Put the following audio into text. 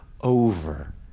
over